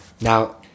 Now